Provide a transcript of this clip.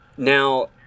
Now